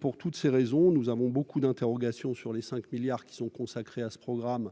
Pour toutes ces raisons, nous avons beaucoup d'interrogations sur les 5 milliards d'euros qui sont consacrés à ce programme.